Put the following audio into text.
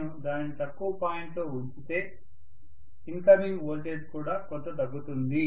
నేను దానిని తక్కువ పాయింట్లో ఉంచితే ఇన్కమింగ్ వోల్టేజ్ కూడా కొంత తగ్గుతుంది